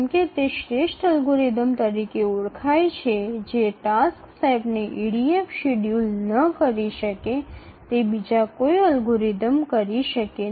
অন্য কোনও অ্যালগরিদম থাকতে পারে না যা EDF না করতে পারলে সেই কাজগুলির নির্ধারণ করতে পারে